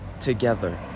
together